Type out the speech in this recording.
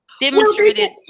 demonstrated